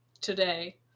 today